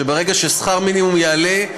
שברגע ששכר המינימום יעלה,